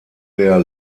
der